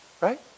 right